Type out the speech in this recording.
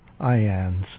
IANS